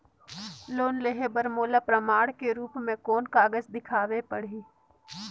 Loan लेहे बर मोला प्रमाण के रूप में कोन कागज दिखावेक पड़ही?